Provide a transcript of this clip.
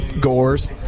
Gores